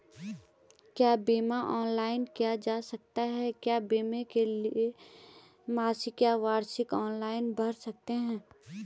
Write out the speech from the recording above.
क्या बीमा ऑनलाइन किया जा सकता है क्या बीमे की राशि मासिक या वार्षिक ऑनलाइन भर सकते हैं?